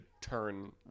turn